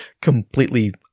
completely